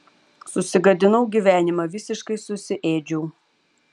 susigadinau gyvenimą visiškai susiėdžiau